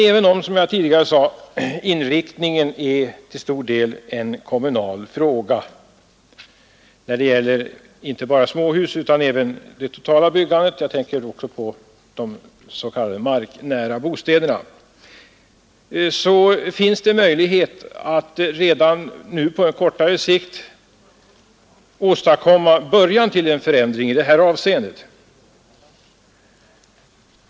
Även om, som jag tidigare sade, inriktningen till stor del är en kommunal fråga inte bara när det gäller småhus utan även när det gäller det totala byggandet — jag tänker också på de s.k. marknära bostäderna — finns det dock möjlighet att redan nu på kortare sikt åstadkomma början till en förändring i det här avseendet.